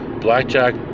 blackjack